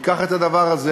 נא לסכם.